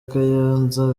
kayonza